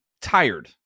tired